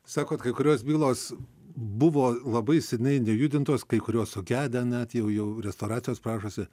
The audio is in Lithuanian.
sakot kai kurios bylos buvo labai seniai nejudintos kai kurios sugedę net jau jau restauracijos prašosi